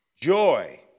Joy